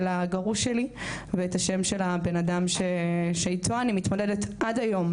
הגרוש שלי ואת השם של הבן אדם שאיתו אני מתמודדת עד היום